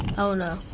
oh no.